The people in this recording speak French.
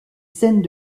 scènes